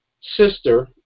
sister